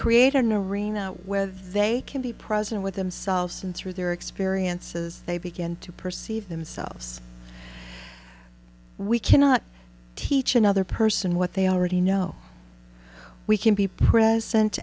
create an arena where they can be present with themselves and through their experiences they begin to perceive themselves we cannot teach another person what they already know we can be present